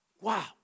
Wow